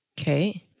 Okay